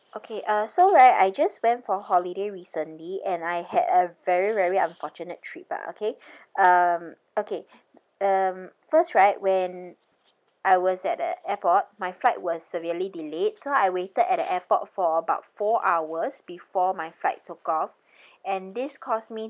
okay uh so right I just went for holiday recently and I had a very very unfortunate trip ah okay um okay um first right when I was at the airport my flight was severely delayed so I waited at the airport for about four hours before my flight took off and this because me